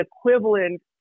equivalent